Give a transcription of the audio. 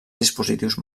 dispositius